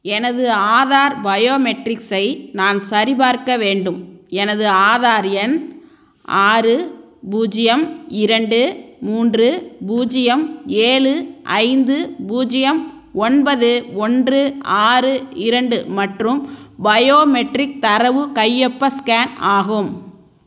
எனது ஆதார் பயோமெட்ரிக்ஸை நான் சரிபார்க்க வேண்டும் எனது ஆதார் எண் ஆறு பூஜ்ஜியம் இரண்டு மூன்று பூஜ்ஜியம் ஏழு ஐந்து பூஜ்ஜியம் ஒன்பது ஒன்று ஆறு இரண்டு மற்றும் பயோமெட்ரிக் தரவு கையொப்ப ஸ்கேன் ஆகும்